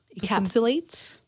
encapsulate